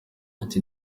ati